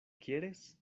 quieres